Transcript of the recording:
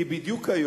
כי בדיוק היום,